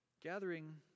Gathering